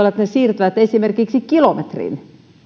siirtävät autoa esimerkiksi kilometrin